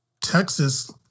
Texas